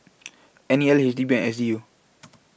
N E L HDB and SDU